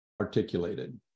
articulated